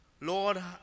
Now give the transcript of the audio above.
Lord